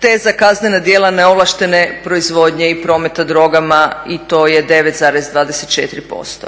te za kaznena djela neovlaštene proizvodnje i prometa drogama i to je 9,24%.